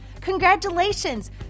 congratulations